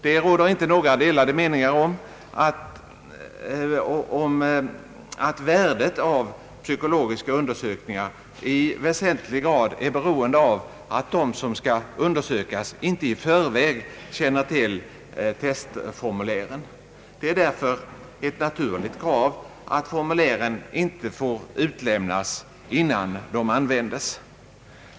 Det råder inte några delade meningar om att värdet av psykologiska undersökningar i väsentlig grad är beroende av att de personer som skall undersökas inte i förväg känner till testformulären. Det är därför ett naturligt krav att formulären inte får utlämnas innan de används.